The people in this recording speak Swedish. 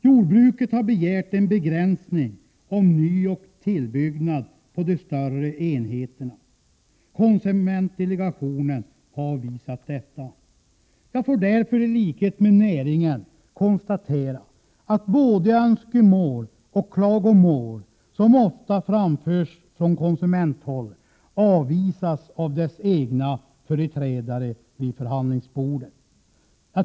Jordbruket har begärt en begränsning av nyoch tillbyggnad på de större enheterna. Konsumentdelegationen har avvisat detta. Jag får därför i likhet med näringen konstatera att både önskemål och klagomål som framförs från konsumenter ofta avvisas av deras egna företrädare vid förhandlingsbordet.